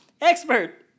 expert